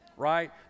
right